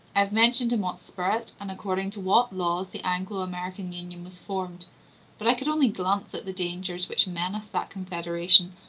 have mentioned in what spirit, and according to what laws, the anglo-american union was formed but i could only glance at the dangers which menace that confederation,